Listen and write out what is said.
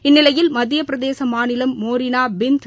இந்நிலையில் மத்தியபிரதேசமாநிலம் மோரினா பிந்